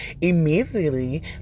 immediately